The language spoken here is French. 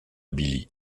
billie